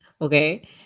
Okay